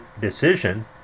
decision